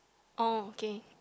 okay